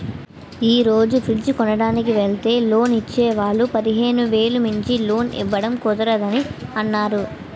ఈ రోజు ఫ్రిడ్జ్ కొనడానికి వెల్తే లోన్ ఇచ్చే వాళ్ళు పదిహేను వేలు మించి లోన్ ఇవ్వడం కుదరదని అన్నారు